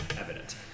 evident